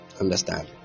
Understand